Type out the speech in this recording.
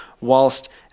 whilst